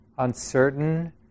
uncertain